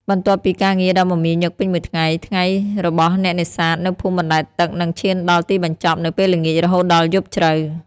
បន្ទាប់ពីការងារដ៏មមាញឹកពេញមួយថ្ងៃ ថ្ងៃរបស់អ្នកនេសាទនៅភូមិបណ្តែតទឹកនឹងឈានដល់ទីបញ្ចប់នៅពេលល្ងាចរហូតដល់យប់ជ្រៅ។